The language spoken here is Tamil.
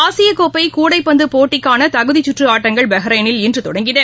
ஆசிய கோப்பை கூடைப்பந்து போட்டிக்கான தகுதிக்கற்று ஆட்டங்கள் பஹ்ரைனில் இன்று தொடங்கின